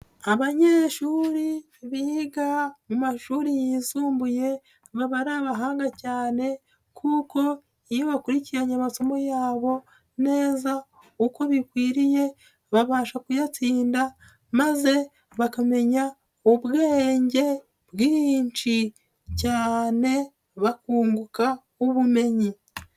Abanyeshuri biga mu mashuri yisumbuye baba ari abahanga cyane kuko iyo bakurikiranye amasomo yabo neza uko bikwiriye, babasha kuyatsinda maze bakamenya ubwenge bwinshi cyane bakunguka ubumenyi.